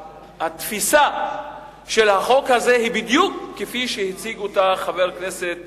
התפיסה של החוק הזה היא בדיוק כפי שהציג אותה חבר הכנסת